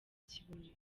kibuye